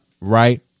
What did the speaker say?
right